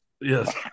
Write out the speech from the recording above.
Yes